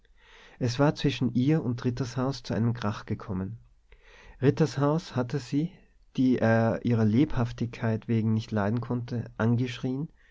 es war zwischen ihr und rittershaus zu einem krach gekommen rittershaus hatte sie die er ihrer lebhaftigkeit wegen nicht leiden konnte angeschrien